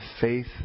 faith